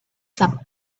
some